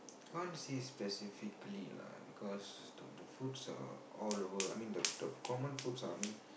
can't say specifically lah because the the foods are all over I mean the the common foods are I mean